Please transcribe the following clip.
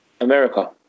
America